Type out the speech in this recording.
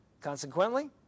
Consequently